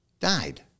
died